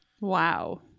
Wow